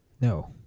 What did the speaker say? No